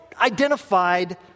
identified